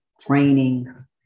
training